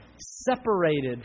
separated